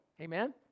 Amen